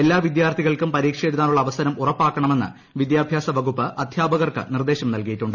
എല്ലാ വിദ്യാർത്ഥികൾക്കും പരീക്ഷ എഴുതാനുള്ള അവസരം ഉറപ്പാക്കണമെന്ന് വിദ്യാഭ്യാസവകുപ്പ് അധ്യാപകർക്ക് നിർദേശം നൽകിയിട്ടുണ്ട്